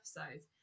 episodes